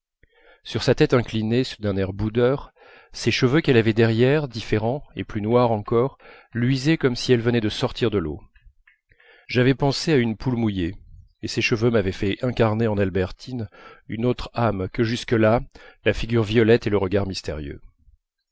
sur sa tête inclinée d'un air boudeur ses cheveux qu'elle avait derrière différents et plus noirs encore luisaient comme si elle venait de sortir de l'eau j'avais pensé à une poule mouillée et ces cheveux m'avaient fait incarner en albertine une autre âme que jusque-là la figure violette et le regard